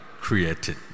created